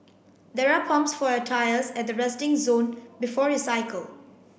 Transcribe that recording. there are pumps for your tyres at the resting zone before you cycle